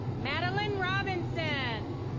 madeleine robinson.